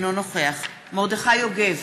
אינו נוכח מרדכי יוגב,